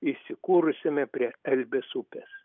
įsikūrusiame prie elbės upės